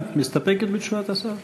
את מסתפקת בתשובת השר?